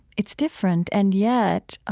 it's different and yet